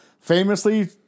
famously